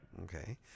Okay